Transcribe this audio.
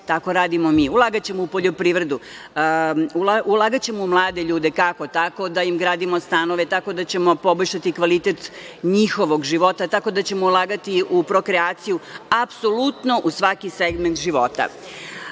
Tako radimo mi! Ulagaćemo u poljoprivredu, ulagaćemo u mlade ljude. Kako? Tako što ćemo da im gradimo stanove, tako da ćemo poboljšati kvalitet njihovog života, tako da ćemo ulagati u prokreaciju, apsolutno u svaki segment života. Da